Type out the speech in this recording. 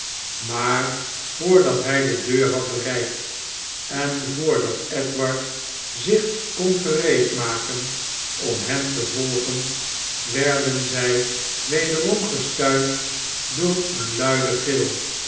maar voordat hij de deur had bereikt en voor dat edward zich kon gereedmaken om hem te volgen werden zij wederom gestuit door een luiden gil